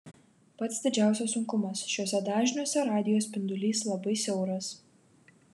pats didžiausias sunkumas šiuose dažniuose radijo spindulys labai siauras